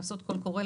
לעשות קול קורא,